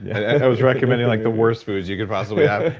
i was recommending like the worst foods you could possibly have.